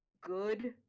good